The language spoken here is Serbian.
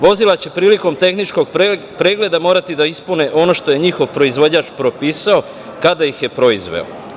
Vozila će prilikom tehničkog pregleda morati da ispune ono što je njihov proizvođač propisao kada ih je proizveo.